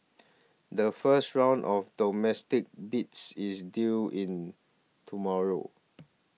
the first round of domestic bids is due in tomorrow